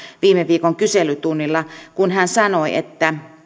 viime viikon kyselytunnilla kun hän sanoi että